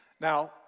Now